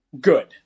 Good